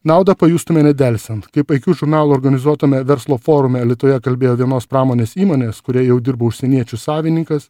naudą pajustume nedelsiant kaip aikjū žurnalo organizuotame verslo forume alytuje kalbėjo vienos pramonės įmonės kurioje jau dirba užsieniečių savininkas